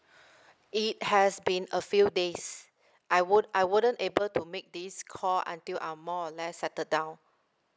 it has been a few days I won't I wouldn't able to make this call until I'm more or less settle down